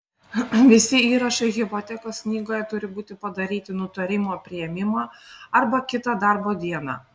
visi įrašai hipotekos knygoje turi būti padaryti nutarimo priėmimo arba kitą darbo dieną